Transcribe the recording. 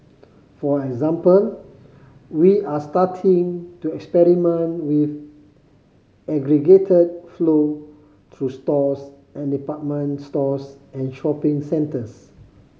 for example we're starting to experiment with aggregated flow through stores and department stores and shopping centres